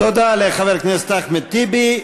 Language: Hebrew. תודה לחבר הכנסת אחמד טיבי.